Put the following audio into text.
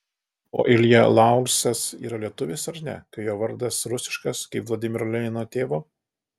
o ilja laursas yra lietuvis ar ne kai jo vardas rusiškas kaip vladimiro lenino tėvo